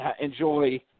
enjoy